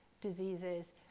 diseases